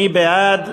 מי בעד?